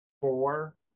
four